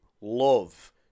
Love